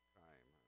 time